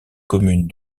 commune